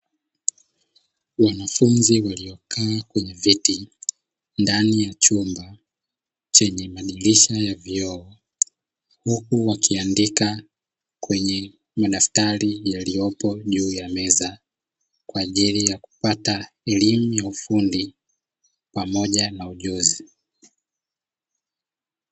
Wanafunzi waliokaa kwenye viti; ndani ya chumba chenye madirisha ya vioo, huku wakiandika kwenye madaftari yaliyopo juu ya meza, kwa ajili ya kupata elimu ya ufundi pamoja na ujuzi.